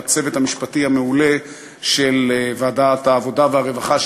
לצוות המשפטי המעולה של ועדת העבודה והרווחה,